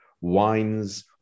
wines